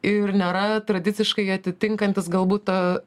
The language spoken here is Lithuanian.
ir nėra tradiciškai atitinkantis galbūt tą